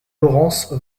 laurence